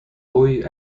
houilles